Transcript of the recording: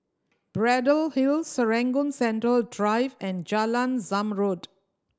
Braddell Hill Serangoon Central Drive and Jalan Zamrud